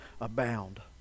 abound